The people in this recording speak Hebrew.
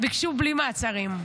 ביקשו בלי מעצרים.